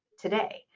today